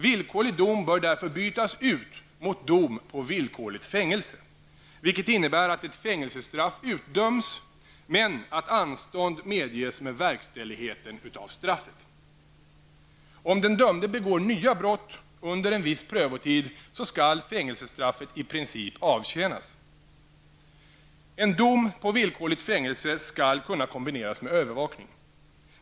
Villkorlig dom bör därför bytas ut mot dom på villkorligt fängelse, vilket innebär att ett fängelsestraff utdöms men att anstånd medges med verkställigheten av straffet. Om den dömde begår nya brott under en viss prövotid skall fängelsestraffet i princip avtjänas. En dom på villkorligt fängelse skall kunna kombineras med övervakning.